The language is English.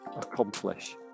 accomplish